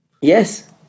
Yes